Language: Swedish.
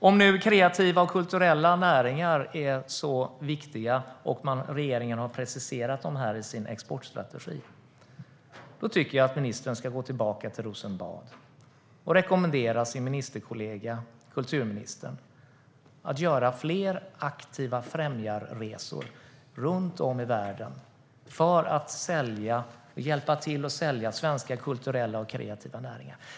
Om nu kreativa och kulturella näringar är så viktiga och regeringen har preciserat dem i sin exportstrategi, då tycker jag att ministern ska gå tillbaka till Rosenbad och rekommendera sin ministerkollega kulturministern att göra fler aktiva främjarresor runt om i världen för att hjälpa till att sälja svenska kulturella och kreativa näringar.